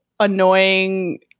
Annoying